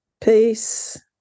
Peace